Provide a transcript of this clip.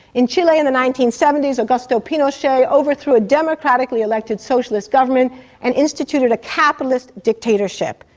in chile in the nineteen seventy s, augusto pinochet overthrew a democratically elected socialist government and instituted a capitalist dictatorship.